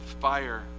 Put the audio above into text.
Fire